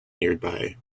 nearby